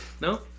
No